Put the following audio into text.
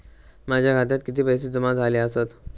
माझ्या खात्यात किती पैसे जमा झाले आसत?